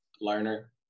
learner